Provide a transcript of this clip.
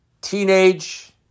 teenage